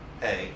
hey